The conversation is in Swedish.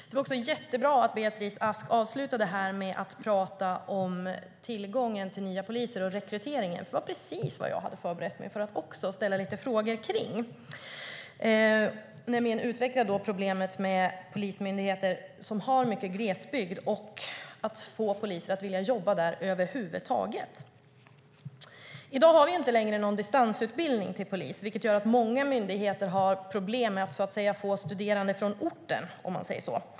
Det var jättebra att Beatrice Ask avslutade med att prata om tillgången till nya poliser och rekryteringen; det var precis vad jag hade förberett mig för att ställa lite frågor om. Det gäller problemet hos polismyndigheter som har mycket glesbygd att få poliser att vilja jobba där över huvud taget. I dag har vi inte längre någon distansutbildning till polis, vilket gör att många myndigheter har problem med att så att säga få studerande från orten.